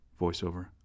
voiceover